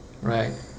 right